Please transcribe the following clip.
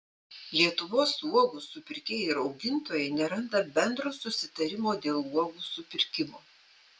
lietuvos uogų supirkėjai ir augintojai neranda bendro susitarimo dėl uogų supirkimo